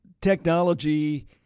technology